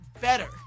better